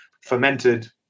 fermented